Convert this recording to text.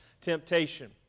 temptation